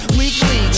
weekly